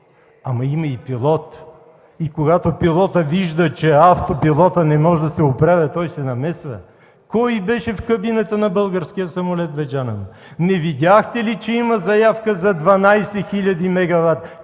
но има и пилот. Когато пилотът вижда, че автопилотът не може да се оправя, той се намесва. Кой беше в кабината на българския самолет, бе, джанъм? Не видяхте ли, че има заявка за 12 хил. мегавата?